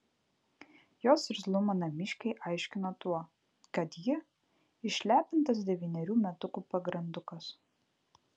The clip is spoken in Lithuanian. jos irzlumą namiškiai aiškino tuo kad ji išlepintas devynerių metukų pagrandukas